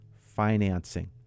Financing